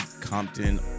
Compton